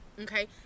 okay